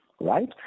right